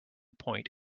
point